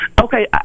okay